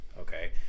okay